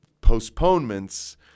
postponements